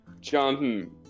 Jonathan